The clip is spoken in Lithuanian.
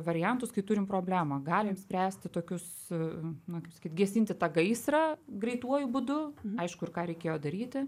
variantus kai turim problemą galim spręsti tokius na kaip sakyt gesinti tą gaisrą greituoju būdu aišku ir ką reikėjo daryti